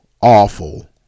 awful